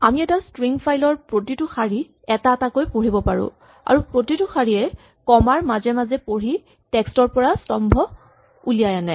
আমি এটা string file ৰ প্ৰতিটো শাৰী এটা এটাকৈ পঢ়িব পাৰো আৰু প্ৰতিটো শাৰীয়ে কমা ৰ মাজে মাজে পঢ়ি টেক্স্ট ৰ পৰা স্তম্ভ উলিয়াই আনে